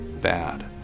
bad